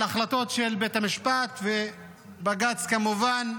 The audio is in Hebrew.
על החלטות של בית המשפט ובג"ץ, כמובן,